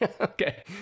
Okay